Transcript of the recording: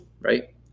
right